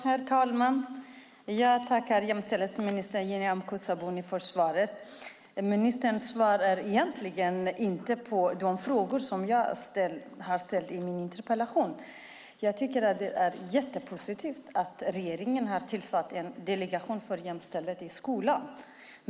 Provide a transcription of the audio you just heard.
Herr talman! Jag tackar jämställdhetsminister Nyamko Sabuni för svaret. Ministern svarar egentligen inte på de frågor som jag har ställt i min interpellation. Jag tycker att det är positivt att regeringen har tillsatt en delegation för jämställdhet i skolan.